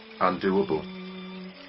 undoable